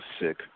sick